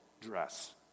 dress